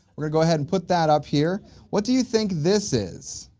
we're gonna go ahead and put that up here what do you think this is?